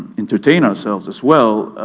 entertain ourselves as well,